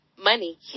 money